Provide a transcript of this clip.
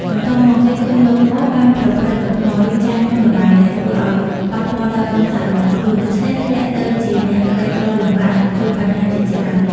បន្ទាប់មក គេឃើញលោក ក បានប្រព្រឹត្តកំហុស ឬចាញ់ក្នុងល្បែង ដែលធ្វើអោយប៉ះពាល់ដល់បុណ្យស័ក្តិរបស់ខ្លួន ដូច្នេះធ្លាក់ទៅជាអ្នកក្រីក្រលំបាក និងជួបបញ្ហាជាច្រើន។